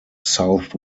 south